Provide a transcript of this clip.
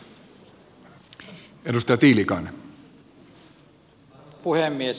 arvoisa puhemies